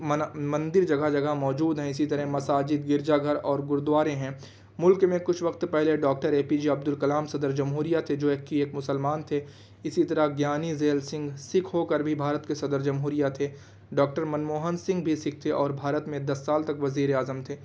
منا مندر جگہ جگہ موجود ہیں اسی طرح مساجد گرجا گھر اور گردوارے ہیں ملک میں کچھ وقت پہلے doctor A P J Abdul Kalam صدر جمہوریہ تھے جو ایک کہ ایک مسلمان تھے اسی طرح گیانی ذیل سنگھ سکھ ہو کر بھی بھارت کے صدر جمہوریہ تھے ڈاکٹر منموہن سنگھ بھی سکھ تھے اور بھارت میں دس سال تک وزیر اعظم تھے